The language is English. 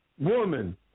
Woman